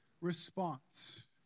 response